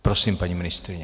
Prosím, paní ministryně.